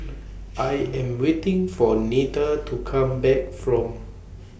I Am waiting For Neta to Come Back from